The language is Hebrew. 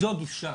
זו הגישה,